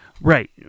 Right